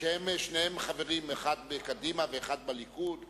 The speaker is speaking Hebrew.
שיש חשש כבד לגבי